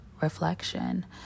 reflection